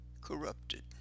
corrupted